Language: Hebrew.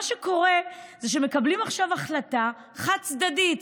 עכשיו, מה שקורה זה שמקבלים עכשיו החלטה חד-צדדית: